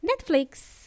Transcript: Netflix